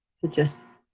to just